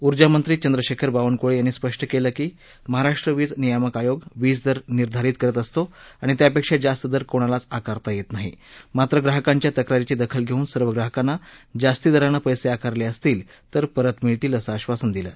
उर्जामंत्री चंद्रशेखर बावनकुळे यांनी स्पष्ट केले की महाराष्ट्र वीज नियामक आयोग वीजदर निर्धारित करत असतो आणि त्यापेक्षा जास्त दर कोणालाच आकारता येत नाही मात्र ग्राहकांच्या तक्रारीची दखल घेऊन सर्व ग्राहकांना जास्ती दराने पैसे आकारले असतील तर परत मिळतील असं आधासन दिले